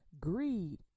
Greed